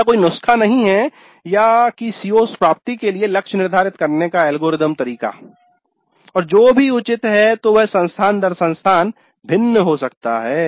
"CO's प्राप्ति" के लिए लक्ष्य निर्धारित करने के लिए ऐसा कोई नुस्खा या संकल्पनात्मक एल्गोरिथम algorithm तरीका नहीं है और जो भी उचित है तो वह संस्थान दर संस्थान भिन्न हो सकता है